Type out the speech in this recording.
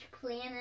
planet